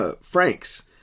Frank's